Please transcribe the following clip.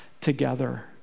together